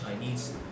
Chinese